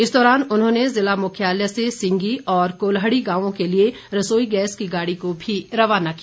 इस दौरान उन्होंने ज़िला मुख्यालय से सिंगी और कोल्हड़ी गांवों के लिए रसोईगैस की गाड़ी को भी रवाना किया